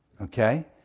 Okay